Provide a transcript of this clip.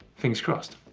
fingers crossed.